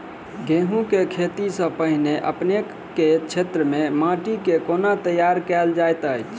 गेंहूँ केँ खेती सँ पहिने अपनेक केँ क्षेत्र मे माटि केँ कोना तैयार काल जाइत अछि?